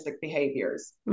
behaviors